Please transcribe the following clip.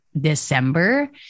December